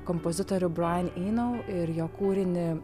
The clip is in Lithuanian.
kompozitorių brajan inou ir jo kūrinį